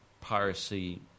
piracy